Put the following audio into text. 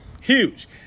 huge